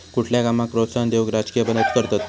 कुठल्या कामाक प्रोत्साहन देऊक राजकीय मदत करतत